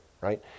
right